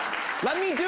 let me do